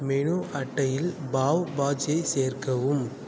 menu அட்டையில் பாவ் பாஜியைச் சேர்க்கவும்